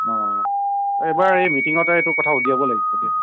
অঁ অঁ এইবাৰ মিটিঙতে এইটো কথা উলিয়াব লাগিব দেই